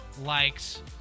likes